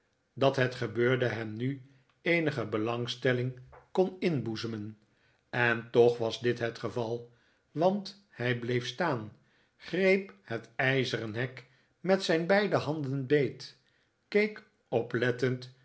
dat het gebeurde hem nu eenige belangstelling kon inboezemen en toch was dit het geval want hij bleef staan greep het ijzeren hek met zijn beide handen beet keek oplettend